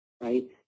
right